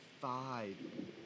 five